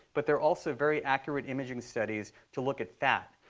but they're also very accurate imaging studies to look at fat.